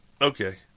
Okay